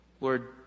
Lord